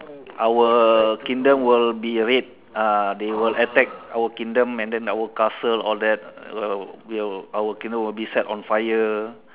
our kingdom will be raid uh they will attack our kingdom and then our castle all that will will our kingdom will be set on fire